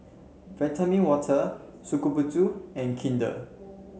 Vitamin Water Shokubutsu and Kinder